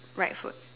Grab food